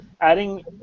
adding